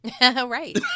Right